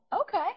okay